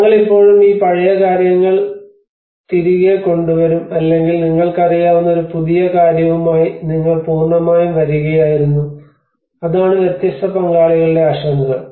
ഞങ്ങൾ ഇപ്പോഴും ഈ പഴയ കാര്യങ്ങൾ തിരികെ കൊണ്ടുവരും അല്ലെങ്കിൽ നിങ്ങൾക്കറിയാവുന്ന ഒരു പുതിയ കാര്യവുമായി നിങ്ങൾ പൂർണ്ണമായും വരികയായിരുന്നു അതാണ് വ്യത്യസ്ത പങ്കാളികളുടെ ആശങ്കകൾ